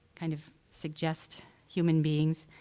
kind of suggest human beings.